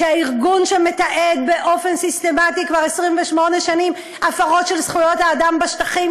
ארגון שמתעד באופן סיסטמטי כבר 28 שנים הפרות של זכויות האדם בשטחים,